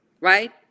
right